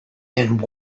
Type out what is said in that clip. and